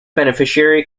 beneficiary